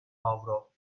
avro